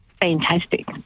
fantastic